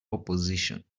opposition